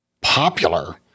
popular